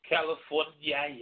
California